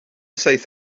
saith